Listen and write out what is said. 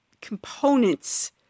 components